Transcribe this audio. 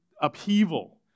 upheaval